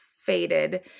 faded